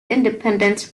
independent